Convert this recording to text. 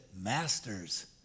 masters